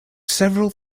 several